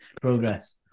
progress